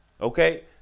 Okay